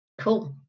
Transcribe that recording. Cool